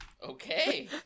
Okay